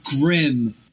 grim